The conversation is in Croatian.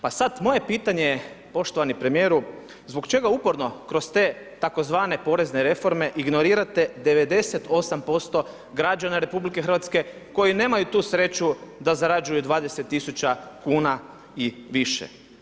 Pa sad, moje pitanje je, poštovani premijeru, zbog čega uporno kroz te tzv. porezne reforme ignorirate 98% građana RH koji nemaju tu sreću da zarađuju 20 tisuća kuna i više?